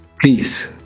please